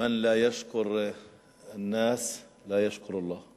מַן לַא יַשְכֻּר אנ-נַאס לַא יַשְכֻּר אללה.